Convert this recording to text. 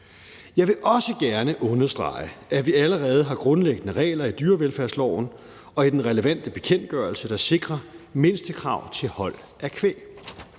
Jeg vil også gerne understrege, at vi allerede har grundlæggende regler i dyrevelfærdsloven og i den relevante bekendtgørelse, der sikrer mindstekrav til hold af kvæg.